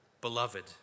beloved